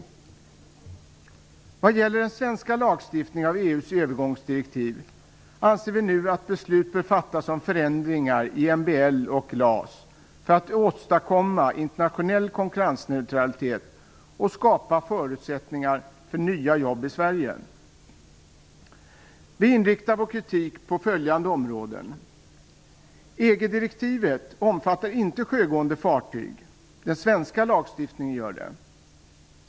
När det gäller den svenska lagstiftningen med anledning av EU:s övergångsdirektiv, anser vi nu att beslut bör fattas om förändringar i MBL och LAS för att åstadomma internationell konkurrensneutralitet och skapa förutsättningar för nya jobb i Sverige. Vi inriktar vår kritik på följande områden: Den svenska lagstiftningen gör det.